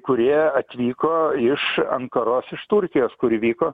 kurie atvyko iš ankaros iš turkijos kur įvyko